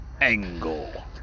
Angle